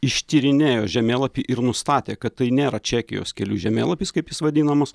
ištyrinėjo žemėlapį ir nustatė kad tai nėra čekijos kelių žemėlapis kaip jis vadinamas